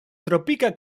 tropika